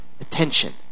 attention